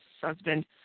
husband